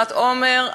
ספירת העומר,